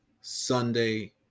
Sunday